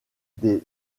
des